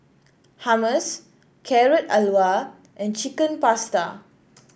Hummus Carrot Halwa and Chicken Pasta